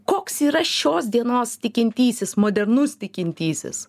koks yra šios dienos tikintysis modernus tikintysis